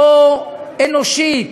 לא אנושית,